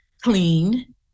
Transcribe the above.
clean